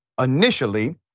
initially